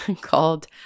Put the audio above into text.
called